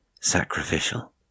sacrificial